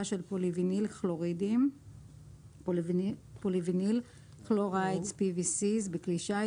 של פוליוויניל כלורידים (polyvinyl chlorides (PVCs- בכלי שיט,